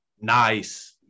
nice